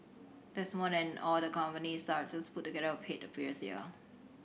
that's more than all the company's directors put together were paid the previous year